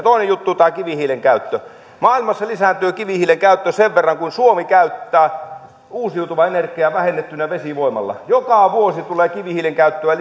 toinen juttu tämä kivihiilen käyttö maailmassa lisääntyy kivihiilen käyttö sen verran kuin suomi käyttää uusiutuvaa energiaa vähennettynä vesivoimalla joka vuosi tulee kivihiilen käyttöä